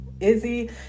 Izzy